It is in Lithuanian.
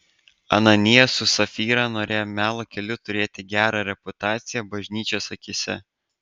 ananijas su sapfyra norėjo melo keliu turėti gerą reputaciją bažnyčios akyse